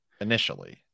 initially